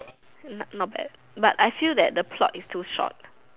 not not bad but I feel that the plot is too short